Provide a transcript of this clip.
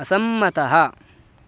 असम्मतः